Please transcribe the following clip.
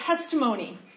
testimony